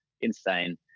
insane